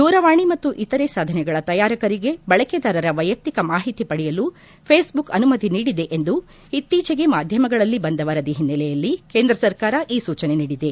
ದೂರವಾಣಿ ಮತ್ತು ಇತರೆ ಸಾಧನಗಳ ತಯಾರಕರಿಗೆ ಬಳಕೆದಾರರ ವೈಯಕ್ತಿಕ ಮಾಹಿತಿ ಪಡೆಯಲು ಫೇಸ್ಬುಕ್ ಅನುಮತಿ ನೀಡಿದೆ ಎಂದು ಇತ್ತೀಚೆಗೆ ಮಾಧ್ಯಮಗಳಲ್ಲಿ ಬಂದ ವರದಿ ಹಿನ್ನೆಲೆಯಲ್ಲಿ ಕೇಂದ್ರ ಸರ್ಕಾರ ಈ ಸೂಚನೆ ನೀಡಿದೆ